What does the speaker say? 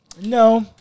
No